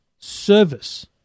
service